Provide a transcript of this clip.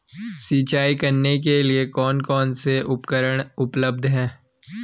सिंचाई करने के लिए कौन कौन से उपकरण उपलब्ध हैं?